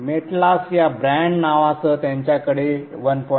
मेटलास या ब्रँड नावासह त्यांच्याकडे 1